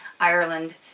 Ireland